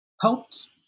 helped